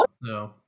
no